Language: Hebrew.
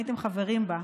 הייתם חברים בה,